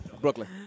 Brooklyn